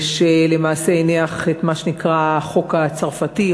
שלמעשה הניח את מה שנקרא "החוק הצרפתי",